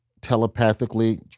telepathically